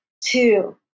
two